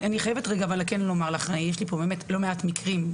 יש לי לא מעט מקרים.